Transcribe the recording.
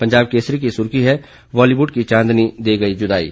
पंजाब केसरी की सुर्खी है बॉलीवुड की चांदनी दे गई जुदाई